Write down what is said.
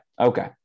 okay